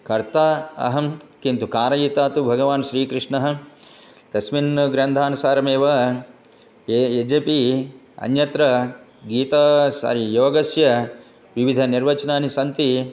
कर्ता अहं किन्तु कारयिता तु भगवान् श्रीकृष्णः तस्मिन् ग्रन्थानुसारमेव ये यद्यपि अन्यत्र गीता सारियोगस्य विविधनिर्वचनानि सन्ति